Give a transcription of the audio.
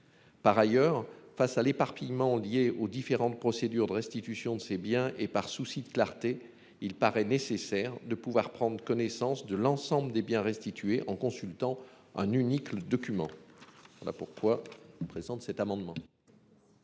Par ailleurs, face à l'éparpillement lié aux différentes procédures de restitution de ces biens et par souci de clarté, il paraît nécessaire de pouvoir prendre connaissance de l'ensemble des biens restitués en consultant un unique le document. Là pourquoi présente cet amendement.